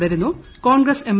തുടരുന്നു Congress M